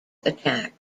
attack